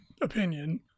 opinion